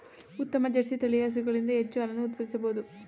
ಉತ್ತಮ ಜರ್ಸಿ ತಳಿಯ ಹಸುಗಳಿಂದ ಹೆಚ್ಚು ಹಾಲನ್ನು ಉತ್ಪಾದಿಸಬೋದು